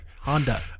Honda